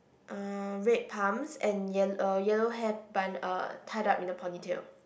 uh red pumps and yel~ uh yellow hair bun uh tied up in a ponytail